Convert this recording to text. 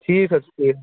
ٹھیٖک حظ چھُ ٹھیٖک